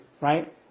right